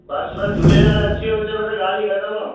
password Jhulelal अची वियो विच में त ॻाल्हि ई ख़तमु